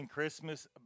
Christmas